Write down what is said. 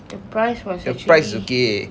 the price was actually